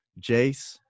Jace